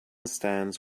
stands